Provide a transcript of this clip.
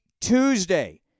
Tuesday